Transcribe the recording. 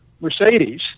Mercedes